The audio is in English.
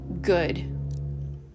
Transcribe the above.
good